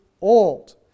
old